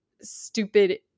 stupid